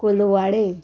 Colvale